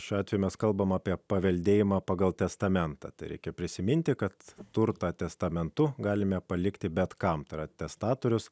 šiuo atveju mes kalbame apie paveldėjimą pagal testamentą tereikia prisiminti kad turtą testamentu galime palikti bet kam tai yra testatorius